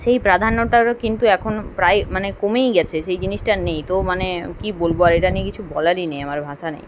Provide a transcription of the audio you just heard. সেই প্রাধান্যটারও কিন্তু এখন প্রায় মানে কমেই গিয়েছে সেই জিনিসটা আর নেই তো মানে কী বলব আর এটা নিয়ে কিছু বলারই নেই আমার ভাষা নেই